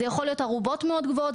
זה יכול להיות ערובות מאוד גבוהות,